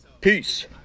peace